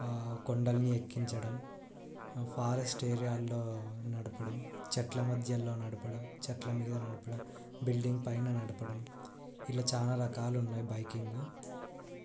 కొండల్ని ఎక్కించడం ఫారెస్ట్ ఏరియాల్లో నడపడం చెట్ల మధ్యల్లో నడపడం చెట్ల మీద నడపడం బిల్డింగ్ పైన నడపడం ఇలా చాలా రకాలు ఉన్నాయి బైకింగ్